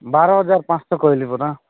ବାର ହଜାର ପାଞ୍ଚଶହ କହିଲି ପରା